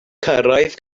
cyrraedd